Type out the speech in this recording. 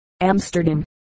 Amsterdam